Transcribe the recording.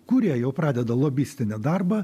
kurie jau pradeda lobistinį darbą